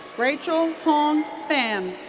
rachel hong pham.